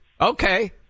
okay